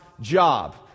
job